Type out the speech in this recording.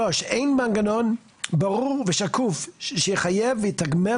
3.אין מנגנון ברור ושקוף שיחייב ויתגמל